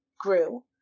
grew